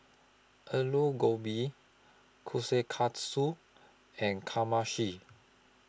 Alu Gobi Kushikatsu and Kamameshi